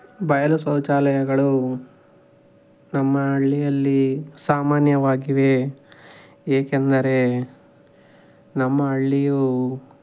ಬಯಲು ಶೌಚಾಲಯಗಳು ನಮ್ಮ ಹಳ್ಳಿಯಲ್ಲಿ ಸಾಮಾನ್ಯವಾಗಿವೆ ಏಕೆಂದರೆ ನಮ್ಮ ಹಳ್ಳಿಯು